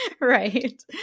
Right